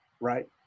right